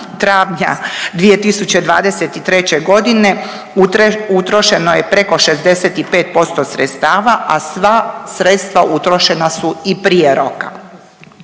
travnja 2023. godine utrošeno je preko 65% sredstava, a sva sredstva utrošena su i prije roka.